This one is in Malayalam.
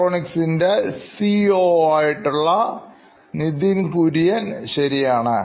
Nithin Kurian COO Knoin Electronics ശരിയാണ്